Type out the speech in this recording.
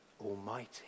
Almighty